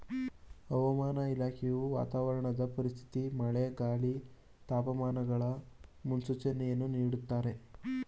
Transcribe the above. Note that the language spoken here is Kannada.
ಹವಾಮಾನ ಇಲಾಖೆಯು ವಾತಾವರಣದ ಪರಿಸ್ಥಿತಿ ಮಳೆ, ಗಾಳಿ, ತಾಪಮಾನಗಳ ಮುನ್ಸೂಚನೆಯನ್ನು ನೀಡ್ದತರೆ